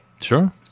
Sure